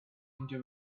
into